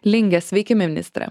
linge sveiki ministre